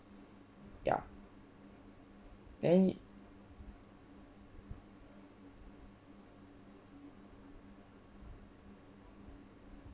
ya